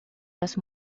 los